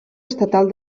estatal